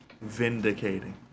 Vindicating